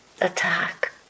attack